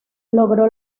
logró